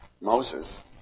Moses